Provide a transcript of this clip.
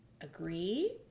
agree